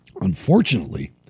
Unfortunately